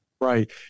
Right